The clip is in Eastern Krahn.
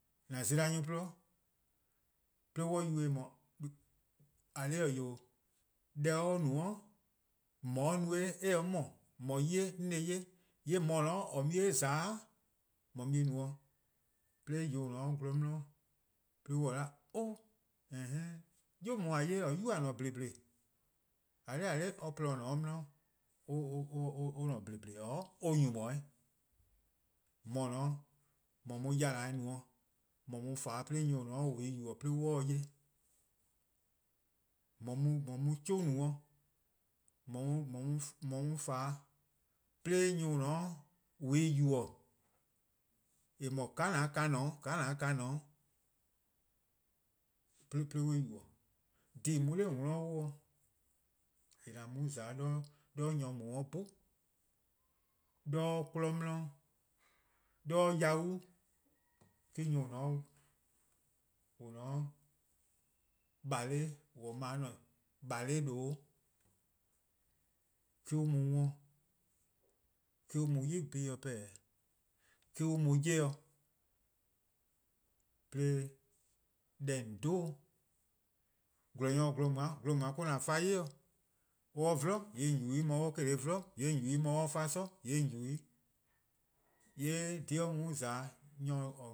:An zela nyor :gwluh' 'de an yubo-eh, eh :mor :eh :korn dhih-eh 'wee', de or no-a :mor or no-eh eh :se 'mor-',:mor 'ye-eh or se-eh 'ye, :yee' :mor :or mu-eh :za-a' :mor mu-eh no 'de :yuh :on :ne-a 'gwlor on 'ye-a 'o 'oo' :enhen: 'yu :daa :a ye-a :or :korn-a yuba: :ne-a :bliin, :bliin :a :mlor :a 'da or-' :porluh :on :ne-a 'de or 'di or ne :bliin :bliin :oror' or :nyni-a 'yi. :mor :dao' :mor mu 'yela no, :mor mu fan-' 'de nyor+ 'ye-dih 'ye, :mor mu 'chuh no :mor :fan-' 'de nyor+ :on :ne-an :on se-ih-a yubo: :ka :an ka ne-a, :ka :an 'ka :ne-a, 'de on 'ye-ih yubo:, dhih :en mu-a 'de :on 'worn 'wluh-' :en :an mu-a za-' 'do nyor :dao' 'bhun, 'de or 'kmo 'di, 'de or-a' yau', eh-: nyor: :on :ne-a 'de :gwlea' :on :ne mor-: a :ne-a 'de :gwlea' :due' me-: an mu 'worn-', me-: an mu 'yli zorn-dih :bla-', eh-: an mu 'ye-', 'de deh :on 'dhu-eh, :gwlor-nyor :se gwehn-muan' gwehn-muan' or-: nyor for 'i mor or 'vlu :yee' :on yubo-eh, :mor or se-' 'vlu :yee' :on yubo-eh, :mor or fa 'sor :yee' :on yubo-eh. :yee' dhih or mu-' :za-a nyor :or,